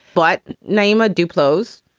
but nyima do clothes